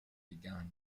begun